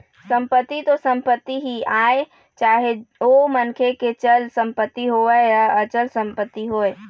संपत्ति तो संपत्ति ही आय चाहे ओ मनखे के चल संपत्ति होवय या अचल संपत्ति होवय